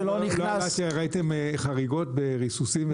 שאתם עושים לא עלה שראיתם חריגות בריסוסים?